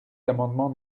l’amendement